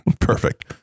Perfect